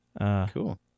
cool